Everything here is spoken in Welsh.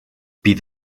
bydd